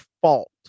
fault